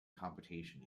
competition